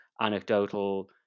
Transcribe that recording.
anecdotal